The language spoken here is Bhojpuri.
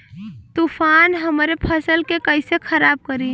तूफान हमरे फसल के कइसे खराब करी?